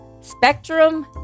spectrum